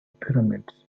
pyramids